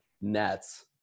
nets